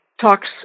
talks